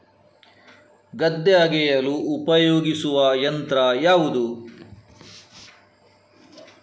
ಗದ್ದೆ ಅಗೆಯಲು ಉಪಯೋಗಿಸುವ ಯಂತ್ರ ಯಾವುದು?